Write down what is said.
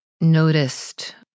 noticed